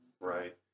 right